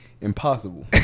impossible